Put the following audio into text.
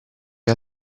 gli